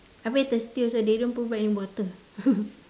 I very thirsty also they don't provide any water